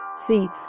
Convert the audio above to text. See